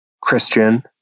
Christian